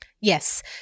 Yes